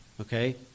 Okay